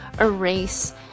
erase